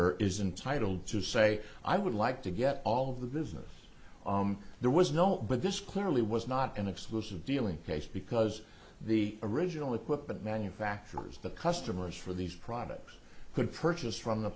entitle to say i would like to get all of the business there was no but this clearly was not an exclusive dealing case because the original equipment manufacturers the customers for these products could purchase from the